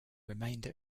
remainder